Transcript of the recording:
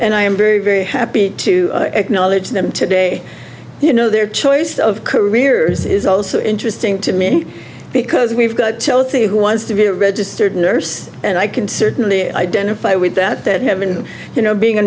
and i am very very happy to acknowledge them today you know their choice of careers is also interesting to me because we've got to go through who wants to a registered nurse and i can certainly identify with that that having you know being a